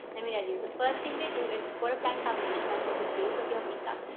let me tell you, the first thing they do is before applying foundation that's like the base of your makeup,